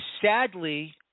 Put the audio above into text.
sadly